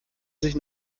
sich